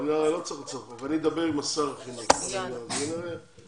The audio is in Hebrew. אדבר עם השר ונראה.